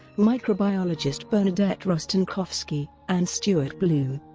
microbiologist bernadette rostenkowski, and stuart bloom,